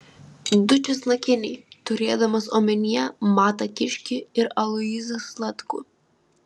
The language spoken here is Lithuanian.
du česnakiniai turėdamas omenyje matą kiškį ir aloyzą zlatkų